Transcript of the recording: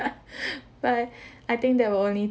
but I think that will only